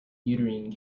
uterine